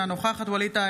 אינה נוכחת ווליד טאהא,